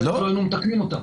אחרת לא היינו מתקנים אותן.